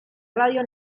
radio